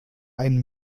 einen